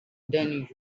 than